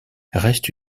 reste